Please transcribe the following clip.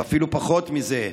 ואפילו פחות מזה,